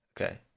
Okay